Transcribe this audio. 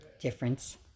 difference